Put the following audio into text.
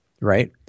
right